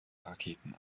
raketen